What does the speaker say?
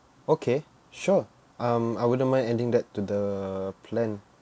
okay sure um I wouldn't mind adding that to the plan